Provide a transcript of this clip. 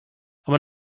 aber